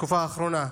בתקופה האחרונה,